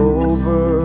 over